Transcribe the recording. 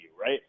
right